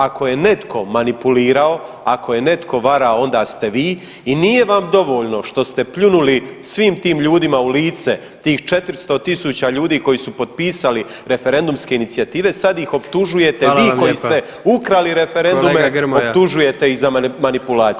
Ako je netko manipulirao, ako je netko varao onda ste vi i nije vam dovoljno što ste pljunuli svim tim ljudima u lice tih 400.000 ljudi koji su potpisali referendumske inicijative, sad ih optužujete vi koji se [[Upadica: Hvala vam lijepa.]] koji ste ukrali referendume [[Upadica: Kolega Grmoja.]] optužujete ih za manipulaciju.